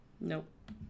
Nope